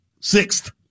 sixth